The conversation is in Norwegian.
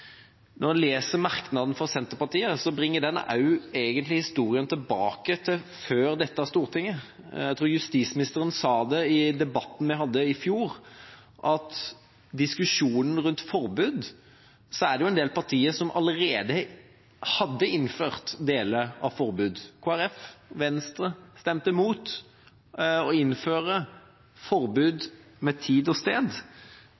når en leser merknaden fra Senterpartiet, bringer den også egentlig historien tilbake til før dette Stortinget. Jeg tror justisministeren sa det i debatten vi hadde i fjor, at når det gjaldt diskusjonen rundt forbud, var det en del partier som allerede hadde innført deler av et forbud. Kristelig Folkeparti og Venstre stemte mot å innføre forbud med tid og sted,